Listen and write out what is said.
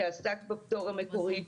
שעסק בפטור המקורי,